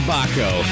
Baco